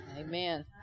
Amen